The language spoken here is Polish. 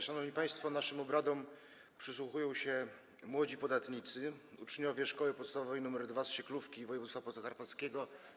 Szanowni państwo, naszym obradom przysłuchują się młodzi podatnicy, uczniowie szkoły podstawowej nr 2 z Sieklówki, z województwa podkarpackiego.